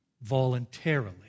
voluntarily